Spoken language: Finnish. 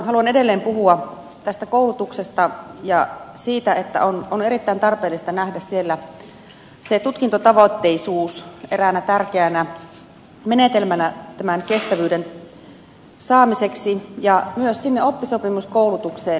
haluan edelleen puhua tästä koulutuksesta ja siitä että on erittäin tarpeellista nähdä tutkintotavoitteisuus eräänä tärkeänä menetelmänä tämän kestävyyden saamiseksi myös sinne oppisopimuskoulutukseen